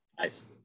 Nice